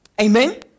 Amen